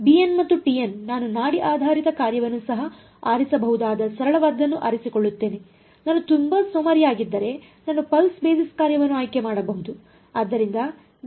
bn ಮತ್ತು tn ನಾನು ನಾಡಿ ಆಧಾರಿತ ಕಾರ್ಯವನ್ನು ಸಹ ಆರಿಸಬಹುದಾದ ಸರಳವಾದದನ್ನು ಆರಿಸಿಕೊಳ್ಳುತ್ತೇನೆ ನಾನು ತುಂಬಾ ಸೋಮಾರಿಯಾಗಿದ್ದರೆ ನಾನು ಪಲ್ಸ್ ಬೇಸಿಸ್ ಕಾರ್ಯವನ್ನು ಆಯ್ಕೆ ಮಾಡಬಹುದು